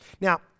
Now